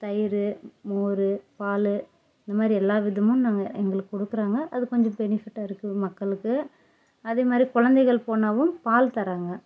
தயிர் மோர் பால் இந்தமாதிரி எல்லாம் விதமும் நாங்கள் எங்களுக்கு கொடுக்குறாங்க அது கொஞ்சம் பெனிஃபிட்டாக இருக்கு மக்களுக்கு அதேமாதிரி குழந்தைகள் போனாலும் பால் தராங்க